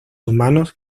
humanos